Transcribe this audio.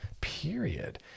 period